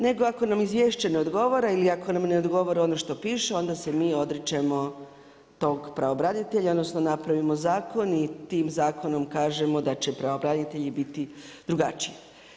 Nego ako nam izvješće ne odgovara, ili ako nam ne odgovara ono što piše, onda se mi odričemo tog pravobranitelja, odnosno napravimo zakon i tim zakonom kažemo da će pravobranitelji biti drugačiji.